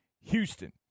Houston